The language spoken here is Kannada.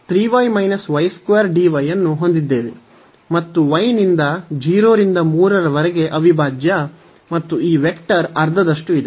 ನಾವು ಅನ್ನು ಹೊಂದಿದ್ದೇವೆ ಮತ್ತು y ನಿಂದ 0 ರಿಂದ 3 ರವರೆಗೆ ಅವಿಭಾಜ್ಯ ಮತ್ತು ಈ ವೆಕ್ಟರ್ ಅರ್ಧದಷ್ಟು ಇದೆ